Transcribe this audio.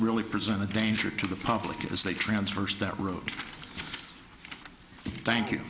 really presented a danger to the public as they transfers that wrote thank you